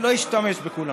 לא אשתמש בכולן.